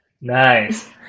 Nice